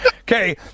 Okay